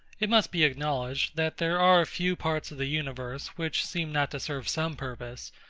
it must be acknowledged, that there are few parts of the universe, which seem not to serve some purpose,